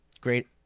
Great